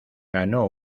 ganó